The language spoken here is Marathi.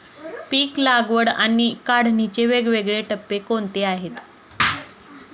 पीक लागवड आणि काढणीचे वेगवेगळे टप्पे कोणते आहेत?